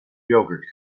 yogurt